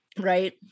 Right